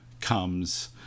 comes